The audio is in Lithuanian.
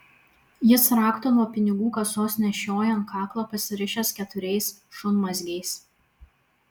jis raktą nuo pinigų kasos nešioja ant kaklo pasirišęs keturiais šunmazgiais